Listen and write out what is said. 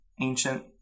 ancient